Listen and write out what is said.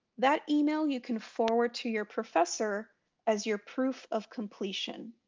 that email you can forward to your professor as your proof of completion.